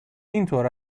اینطور